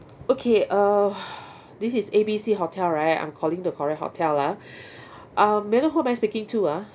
okay uh this is A_B_C hotel right I'm calling the correct hotel ah uh may I know who am I speaking to ah